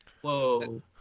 Whoa